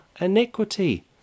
iniquity